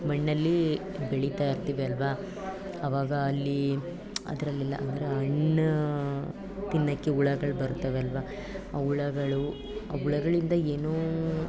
ಮಣ್ಣಲ್ಲಿ ಬೆಳಿತಾಯಿರ್ತೀವಿ ಅಲ್ವ ಆವಾಗ ಅಲ್ಲಿ ಅದರಲ್ಲೆಲ್ಲ ಅಂದರೆ ಆ ಹಣ್ಣು ತಿನ್ನೋಕ್ಕೆ ಹುಳುಗಳು ಬರ್ತಾವೆ ಅಲ್ವ ಆ ಹುಳುಗಳು ಆ ಹುಳುಗಳಿಂದ ಏನು